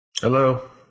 hello